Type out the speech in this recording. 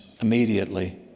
immediately